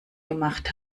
gemacht